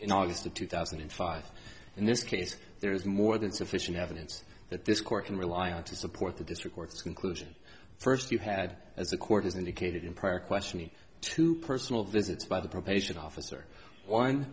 in august of two thousand and five in this case there is more than sufficient evidence that this court can rely on to support the district court's conclusion first you had as the court has indicated in prior questioning two personal visits by the probation officer one